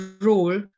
role